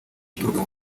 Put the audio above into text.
uturuka